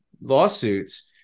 lawsuits